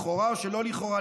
לכאורה או שלא לכאורה,